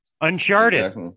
Uncharted